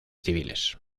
civiles